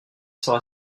sera